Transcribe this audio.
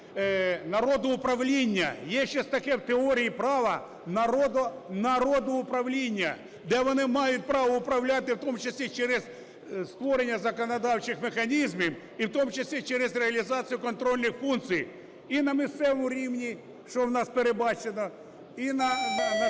народоуправління (є зараз таке в теорії права "народоуправління"), де вони мають право управляти, в тому числі через створення законодавчих механізмів, в тому числі через реалізацію контрольних функцій, і на місцевому рівні, що у нас передбачено, і на